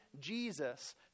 Jesus